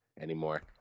anymore